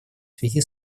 связи